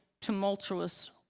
tumultuous